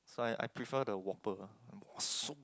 so I I prefer the whopper so